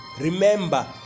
remember